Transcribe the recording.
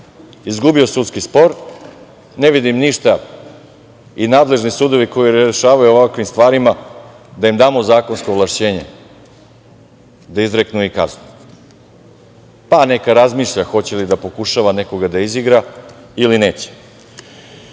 izgubio sudski spor, ne vidim ništa i nadležni sudovi koji rešavaju o ovakvim stvarima, da im damo zakonsko ovlašćenje da izreknu i kaznu pa neka razmišlja hoće li da pokušava nekoga da izigra ili neće. Evo,